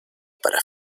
para